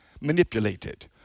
manipulated